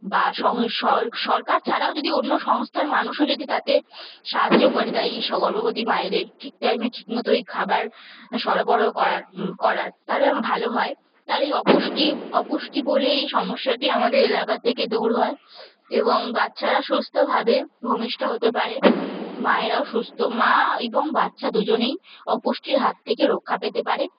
বা সরকার ছাড়াও যদি অন্য সংস্থার মানুষও যদি তাতে সাহায্য করে তা এই গর্ভবতী মায়েদের ঠিক টাইমে ঠিকমতোই খাবার সরবরাহ করার করার তাহলে ভালো হয় তাহলে এই অপুষ্টি অপুষ্টি বলে এই সমস্যাটি আমাদের এলাকা থেকে দূর হয় এবং বাচ্চারা সুস্থভাবে ভূমিষ্ঠ হতে পারে মায়েরাও সুস্থ মা এবং বাচ্চা দুজনেই অপুষ্টির হাত থেকে রক্ষা পেতে পারে